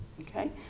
okay